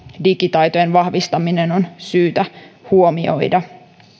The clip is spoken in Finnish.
digitaitojen vahvistaminen on syytä huomioida